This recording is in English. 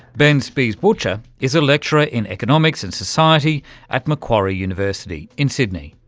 ben spies-butcher is a lecturer in economics and society at macquarie university in sydney.